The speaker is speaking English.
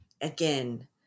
again